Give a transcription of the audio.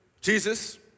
Jesus